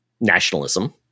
nationalism